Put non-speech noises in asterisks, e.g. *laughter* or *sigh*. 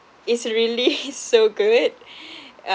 is really *laughs* so good *breath*